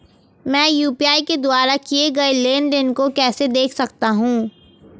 मैं यू.पी.आई के द्वारा किए गए लेनदेन को कैसे देख सकता हूं?